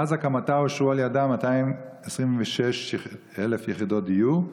מאז הקמתה אושרו על ידה 226,000 יחידות דיור.